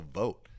vote